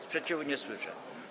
Sprzeciwu nie słyszę.